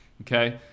okay